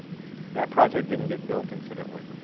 that project didn't get built, incidentally.